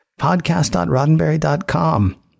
Podcast.roddenberry.com